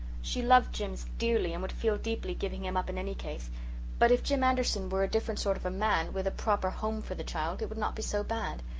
she loved jims dearly and would feel deeply giving him up in any case but if jim anderson were a different sort of a man, with a proper home for the child, it would not be so bad.